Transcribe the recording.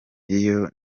iyo